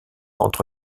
entre